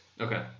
Okay